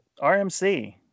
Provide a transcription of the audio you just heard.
RMC